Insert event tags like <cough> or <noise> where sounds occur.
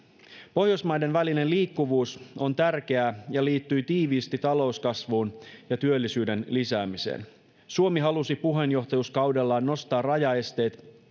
pohjoismaiden välinen liikkuvuus on tärkeää ja liittyy tiiviisti talouskasvuun ja työllisyyden lisäämiseen suomi halusi puheenjohtajuuskaudellaan nostaa rajaesteet <unintelligible>